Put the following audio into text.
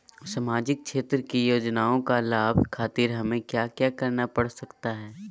सामाजिक क्षेत्र की योजनाओं का लाभ खातिर हमें क्या क्या करना पड़ सकता है?